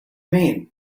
mean